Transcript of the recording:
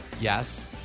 Yes